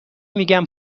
میگن